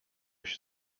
się